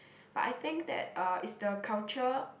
but I think that uh it's the culture